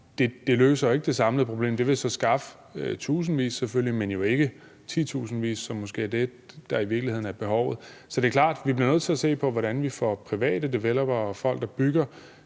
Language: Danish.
ikke løser det samlede problem. Det vil så selvfølgelig skaffe tusindvis, men jo ikke titusindvis, som måske er det, der i virkeligheden er behovet. Så det er klart, at vi bliver nødt til at se på, hvordan vi får private developere og folk, der bygger